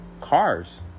cars